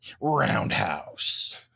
Roundhouse